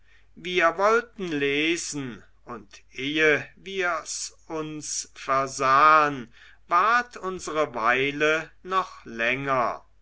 wir wollten lesen und ehe wir's uns versahen ward unsere weile noch länger